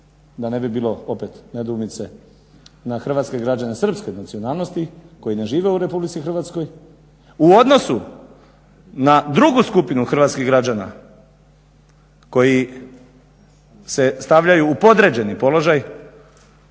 da ne bi bilo opet nedoumice na hrvatske građane srpske nacionalnosti koji ne žive u Republici Hrvatskoj u odnosu na drugu skupinu hrvatskih građana koji se stavljaju u podređeni položaj